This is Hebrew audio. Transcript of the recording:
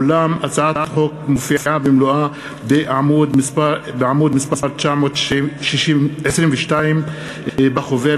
אולם הצעת החוק מופיעה במלואה בעמוד מס' 922 בחוברת.